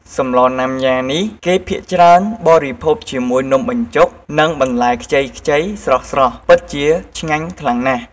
សម្លរណាំយ៉ានេះ គេភាគច្រើនបរិភោគជាមួយនំបញ្ចុក និងបន្លែខ្ចីៗស្រស់ៗ ពិតជាឆ្ងាញ់ខ្លាំងណាស់។